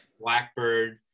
Blackbird